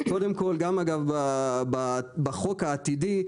קודם כל גם אגב בחוק העתידי,